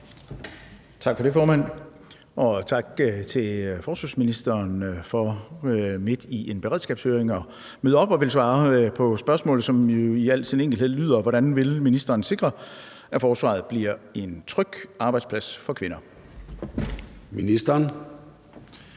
Tak for det, formand. Og tak til forsvarsministeren for midt i en beredskabshøring at møde op og ville svare på spørgsmålet, som i al sin enkelhed lyder: Hvordan vil ministeren sikre, at forsvaret bliver en tryg arbejdsplads for kvinder? Kl.